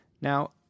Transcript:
now